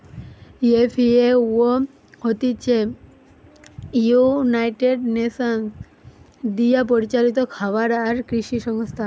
FAO হতিছে United Nations দিয়া পরিচালিত খাবার আর কৃষি সংস্থা